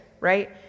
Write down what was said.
right